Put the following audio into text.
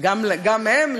גם הם,